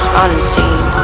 unseen